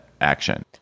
action